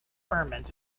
ferment